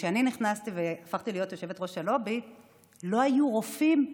כשאני נכנסתי והפכתי להיות יושבת-ראש הלובי לא היו רופאים במערכת.